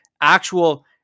actual